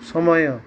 समय